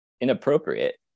inappropriate